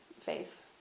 faith